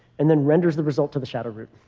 and then renders the result to the shadow group.